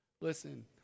listen